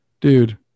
Dude